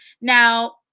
Now